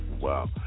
Wow